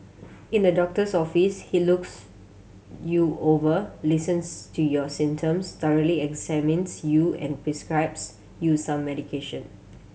in the doctor's office he looks you over listens to your symptoms thoroughly examines you and prescribes you some medication